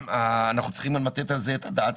אנחנו צריכים לתת על זה את הדעת,